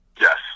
Yes